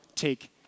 Take